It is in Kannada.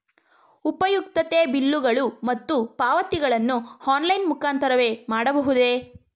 ಉಪಯುಕ್ತತೆ ಬಿಲ್ಲುಗಳು ಮತ್ತು ಪಾವತಿಗಳನ್ನು ಆನ್ಲೈನ್ ಮುಖಾಂತರವೇ ಮಾಡಬಹುದೇ?